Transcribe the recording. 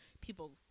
people